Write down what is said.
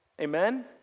Amen